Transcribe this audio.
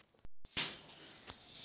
ಉಪಯುಕ್ತತೆ ಬಿಲ್ ಪಾವತಿ ಅಂದ್ರೇನು?